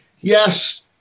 yes